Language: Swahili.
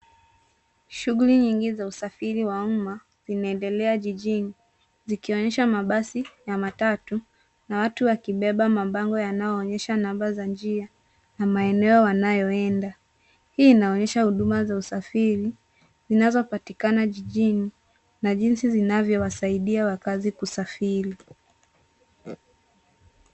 Shughuli nyingi za usafiri wa uma unaendelea jijini zikionyesha mabasi, matatu na watu wakibeba mabango yanayoonyesha namba za njia na maeneo wanayoenda. Hii inaonyesha huduma za usafiri zinazopatikana jijini na jinsi zinavyowasaidia wakazi kusafiri.